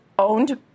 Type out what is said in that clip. owned